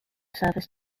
service